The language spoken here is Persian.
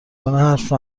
کنه، حرف